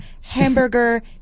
Hamburger